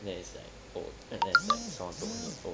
then is like oh someone told me oh